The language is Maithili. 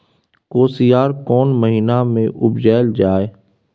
कोसयार कोन महिना मे उपजायल जाय?